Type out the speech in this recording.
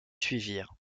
suivirent